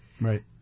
Right